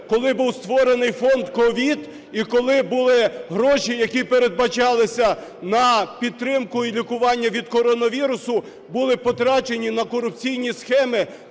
коли був створений фонд COVID і коли були гроші, які передбачалися на підтримку і лікування від коронавірусу, були потрачені на корупційні схеми,